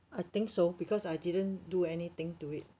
I think so because I didn't do anything to it